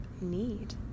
need